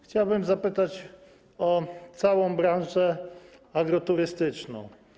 Chciałbym zapytać o całą branżę agroturystyczną.